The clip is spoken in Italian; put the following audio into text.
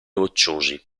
rocciosi